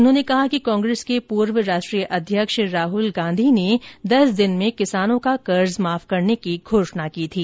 उन्होंने कहा कि कांग्रेस के पूर्व राष्ट्रीय अध्यक्ष राहल गांधी ने दस दिन में किसानों का कर्ज माफ करने की घोषणा की थी